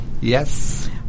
Yes